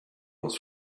was